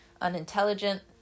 unintelligent